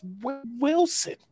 Wilson